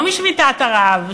לא משביתת הרעב.